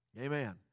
Amen